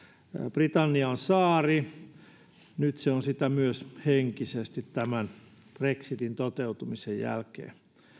britannia on saari nyt se on sitä myös henkisesti tämän brexitin toteutumisen jälkeen